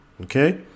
Okay